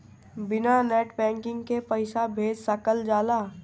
बिना net banking के पईसा भेज सकल जाला?